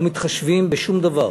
לא מתחשבים בשום דבר.